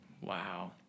Wow